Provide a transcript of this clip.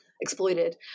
exploited